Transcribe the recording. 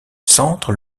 centre